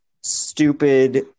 stupid